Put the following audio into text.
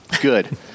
good